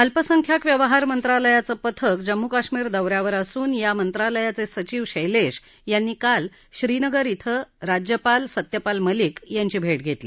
अल्पसंख्याक व्यवहार मंत्रालयाचं पथक जम्मू कश्मीर दौ यावर असून या मंत्रालयाचे सयिव शैलेश यांनी काल श्रीनगर शै राज्यपाल सत्यपाल मलिक यांची भेट घेतली